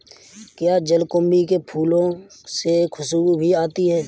क्या जलकुंभी के फूलों से खुशबू भी आती है